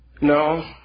No